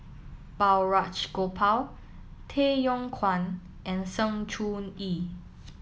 Balraj Gopal Tay Yong Kwang and Sng Choon Yee